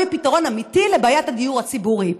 פתרון אמיתי לבעיית הדיור הציבורי.